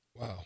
Wow